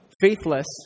faithless